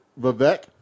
Vivek